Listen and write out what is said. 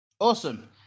awesome